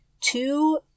two